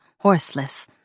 horseless